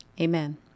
Amen